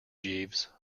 jeeves